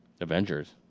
Avengers